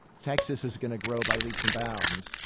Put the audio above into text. texas is going to grow by leaps and bounds.